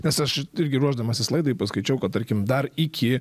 nes aš irgi ruošdamasis laidai paskaičiau kad tarkim dar iki